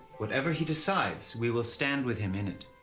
whatever he decides, we will stand with him in it.